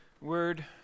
Word